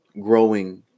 growing